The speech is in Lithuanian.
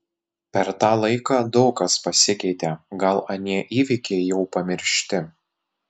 per tą laiką daug kas pasikeitė gal anie įvykiai jau pamiršti